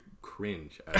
cringe